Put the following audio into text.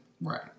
Right